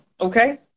okay